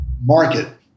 market